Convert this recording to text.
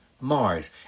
Mars